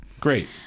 Great